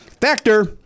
Factor